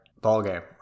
ballgame